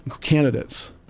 candidates